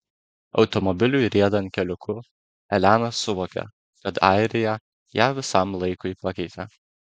automobiliui riedant keliuku elena suvokė kad airija ją visam laikui pakeitė